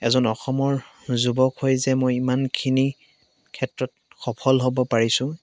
এজন অসমৰ যুৱক হৈ যে মই ইমানখিনি ক্ষেত্ৰত সফল হ'ব পাৰিছোঁ